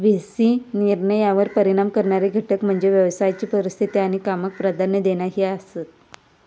V C निर्णयांवर परिणाम करणारे घटक म्हणजे व्यवसायाची परिस्थिती आणि कामाक प्राधान्य देणा ही आसात